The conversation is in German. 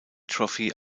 trophy